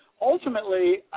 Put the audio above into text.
Ultimately